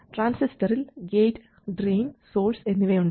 ട്രാൻസിസ്റ്ററിൽ gate drain source എന്നിവയുണ്ട്